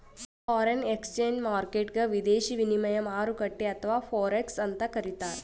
foreign exchange ಮಾರ್ಕೆಟ್ಗ್ ವಿದೇಶಿ ವಿನಿಮಯ ಮಾರುಕಟ್ಟೆ ಅಥವಾ ಫೋರೆಕ್ಸ್ ಅಂತ್ ಕರಿತಾರ್